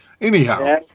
Anyhow